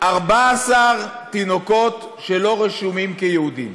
14 תינוקות שלא רשומים כיהודים,